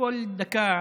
כל דקה,